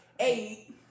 Eight